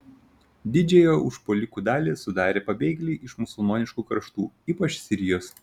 didžiąją užpuolikų dalį sudarė pabėgėliai iš musulmoniškų kraštų ypač sirijos